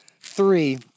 three